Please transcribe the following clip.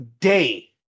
day